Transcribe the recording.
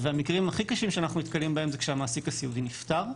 המקרים הכי קשים שאנחנו נתקלים בהם זה כשהמעסיק הסיעודי נפטר.